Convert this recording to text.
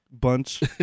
bunch